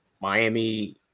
Miami